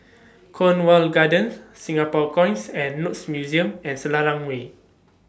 Cornwall Gardens Singapore Coins and Notes Museum and Selarang Way